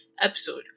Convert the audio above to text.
episode